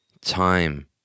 time